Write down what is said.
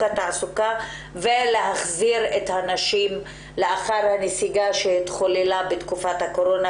התעסוקה ולהחזיר לעבודה את הנשים לאחר הנסיגה שהתחוללה בתקופת הקורונה,